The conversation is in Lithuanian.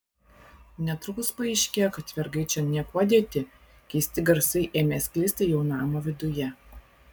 netrukus paaiškėjo kad vergai čia niekuo dėti keisti garsai ėmė sklisti jau namo viduje